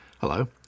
Hello